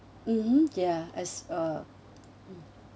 mmhmm yeah as a mm